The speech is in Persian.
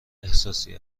احساسی